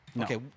Okay